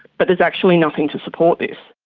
but there's actually nothing to support this.